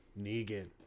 Negan